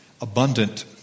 abundant